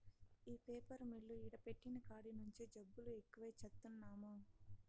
ఈ paper mill ఈడ పెట్టిన కాడి నుంచే జబ్బులు ఎక్కువై చత్తన్నాము